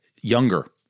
Younger